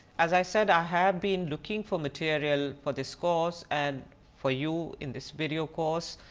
as i said i had been looking for material for this course and for you in this video course,